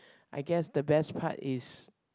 I guess the best part is